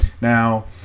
Now